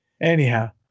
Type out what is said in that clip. anyhow